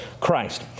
Christ